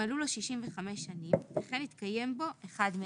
מלו לו 65 שנים וכן התקיים בו אחד מאלה: